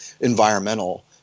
environmental